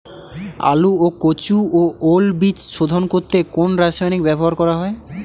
আলু ও কচু ও ওল বীজ শোধন করতে কোন রাসায়নিক ব্যবহার করা হয়?